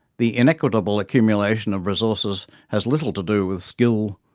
the inequitable accumulation of resources has little to do with skill,